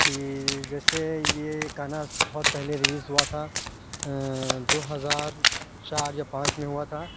کہ جیسے یہ گانا بہت پہلے ریلیز ہوا تھا دو ہزار چار یا پانچ میں ہوا تھا